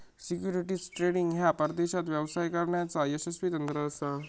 securities trading ह्या परदेशात व्यवसाय करण्याचा यशस्वी तंत्र असा